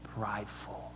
prideful